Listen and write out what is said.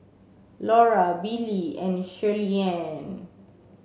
Laura Billie and Shirleyann